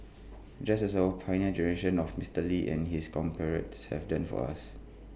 just as our Pioneer Generation of Mister lee and his compatriots have done for us